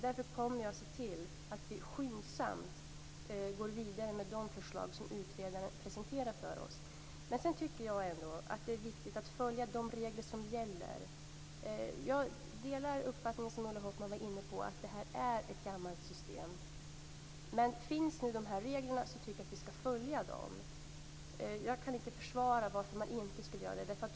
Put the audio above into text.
Därför kommer jag att se till att vi skyndsamt går vidare med de förslag som utredaren presenterar för oss. Det är viktigt ändå att följa de regler som gäller. Jag delar uppfattningen att det här är ett gammalt system, som Ulla Hoffmann var inne på. Reglerna finns, och jag tycker att vi skall följa dem. Jag kan inte försvara varför man inte skulle göra det.